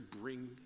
bring